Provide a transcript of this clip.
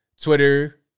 Twitter